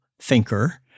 thinker